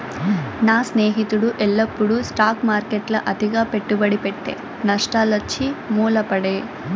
నా స్నేహితుడు ఎల్లప్పుడూ స్టాక్ మార్కెట్ల అతిగా పెట్టుబడి పెట్టె, నష్టాలొచ్చి మూల పడే